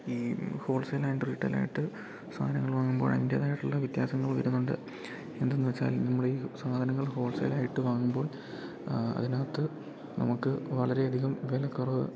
ഈ wholesale and റീറ്റെയിലായിട്ട് സാധനങ്ങൾ വാങ്ങുമ്പോൾ അതിൻറ്റേതായിട്ടുള്ള വ്യത്യാസങ്ങൾ വരുന്നുണ്ട് എന്തെന്ന് വെച്ചാൽ നമ്മുടെ ഈ സാധനങ്ങൾ ഹോൾസെയിലായിട്ട് വാങ്ങുമ്പോൾ അതിനാത്ത് നമുക്ക് വളരെയധികം വിലക്കൊറവ്